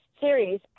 series